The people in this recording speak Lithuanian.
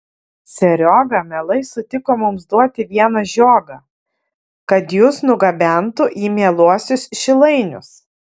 serioga mielai sutiko mums duoti vieną žiogą kad jus nugabentų į mieluosius šilainius